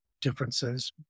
differences